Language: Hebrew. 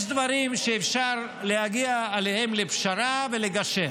יש דברים שאפשר להגיע עליהם לפשרה ולגשר,